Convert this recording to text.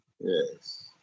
Yes